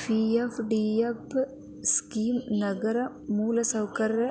PFDF scheme ನಗರಗಳ ಮೂಲಸೌಕರ್ಯ